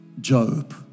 Job